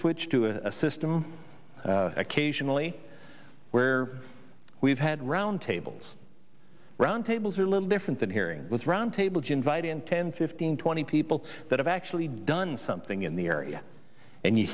switch to a system occasionally where we've had round tables round tables are a little different than hearing with roundtable jim vida and ten fifteen twenty people that have actually done something in the area and you